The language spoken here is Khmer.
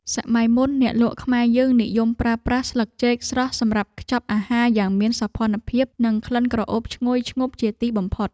សម័យមុនអ្នកលក់ខ្មែរយើងនិយមប្រើប្រាស់ស្លឹកចេកស្រស់សម្រាប់ខ្ចប់អាហារយ៉ាងមានសោភ័ណភាព និងក្លិនក្រអូបឈ្ងុយឈ្ងប់ជាទីបំផុត។